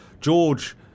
George